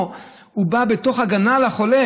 או שהוא בא מתוך הגנה על החולה: